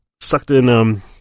sucked-in